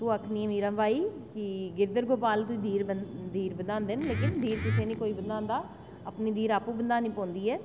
ते ओह् आखदी मीराबाई की गिरधर गोपाल धीर बधांदे न पर कोई कुसै दा धीर निं बधांदा अपनी धीर आपूं बधाना पौंदी ऐ